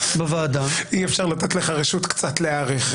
בוועדה- -- אי אפשר לתת לך רשות קצת להאריך,